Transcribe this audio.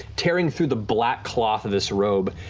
tearing through the black cloth of this robe,